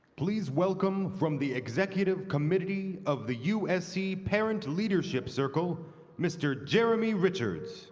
please welcome, from the executive committee of the usc parent leadership circle mr. jeremy richards